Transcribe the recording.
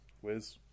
Wiz